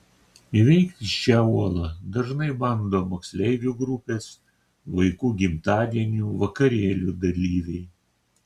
įveikti šią uolą dažnai bando moksleivių grupės vaikų gimtadienių vakarėlių dalyviai